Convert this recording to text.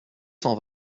cent